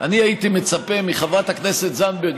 אני הייתי מצפה מחברת הכנסת זנדברג,